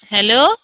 hello